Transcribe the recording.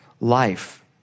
life